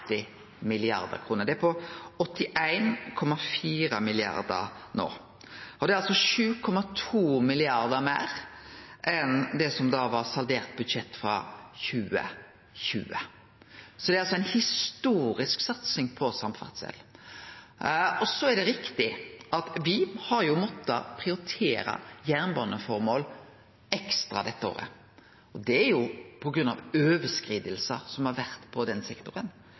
Det er no på 81,4 mrd. kr, og det er 7,2 mrd. kr meir enn det som da var saldert budsjett frå 2020. Så det er altså ei historisk satsing på samferdsel. Så er det riktig at me har måtta prioritere jernbaneformål ekstra dette året, og det er jo på grunn av overskridingar som har vore på den sektoren.